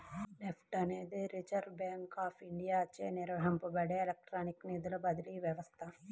NEFT అనేది reserve bank of ఇండియాచే నిర్వహించబడే ఎలక్ట్రానిక్ నిధుల బదిలీ వ్యవస్థ